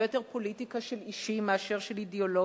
יותר פוליטיקה של אישים מאשר של אידיאולוגיות.